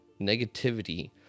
Negativity